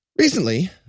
recently